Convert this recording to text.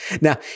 Now